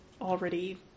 already